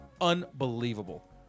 unbelievable